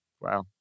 Wow